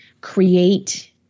create